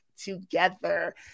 together